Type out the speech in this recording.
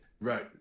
Right